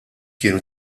kienu